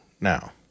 now